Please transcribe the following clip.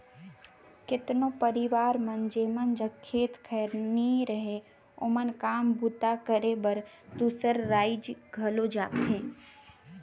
केतनो परिवार मन जेमन जग खेत खाएर नी रहें ओमन काम बूता करे बर दूसर राएज घलो जाथें